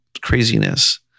craziness